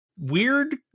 weird